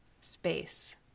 space